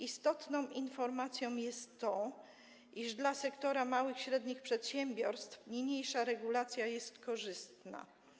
Istotną informacją jest to, iż dla sektora małych i średnich przedsiębiorstw niniejsza regulacja jest korzystna.